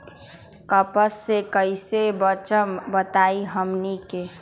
कपस से कईसे बचब बताई हमनी के?